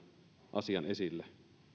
asian esille